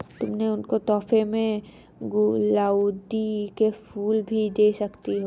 तुम उनको तोहफे में गुलाउदी के फूल भी दे सकती हो